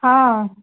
ହଁ